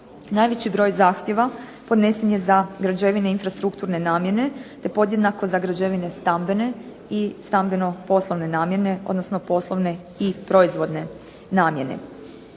Najveći broj zahtjeva podnesen je za građevine infrastrukturne namjene te podjednako za građevine stambene i stambeno-poslovne namjene, odnosno poslovne i proizvodne namjene.